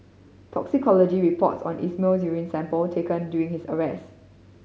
toxicology reports on Ismail's urine sample taken doing his arrest